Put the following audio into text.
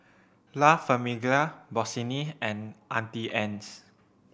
La Famiglia Bossini and Auntie Anne's